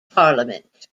parliament